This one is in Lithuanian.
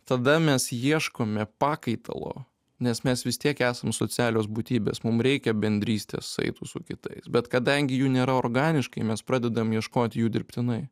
tada mes ieškome pakaitalo nes mes vis tiek esam socialios būtybės mum reikia bendrystės saitų su kitais bet kadangi jų nėra organiškai mes pradedam ieškoti jų dirbtinai